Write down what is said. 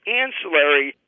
ancillary